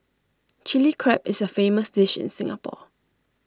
Chilli Crab is A famous dish in Singapore